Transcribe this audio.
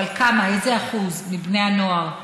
אבל כמה, איזה אחוז מבני הנוער מעשנים?